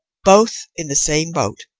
both in the same boat.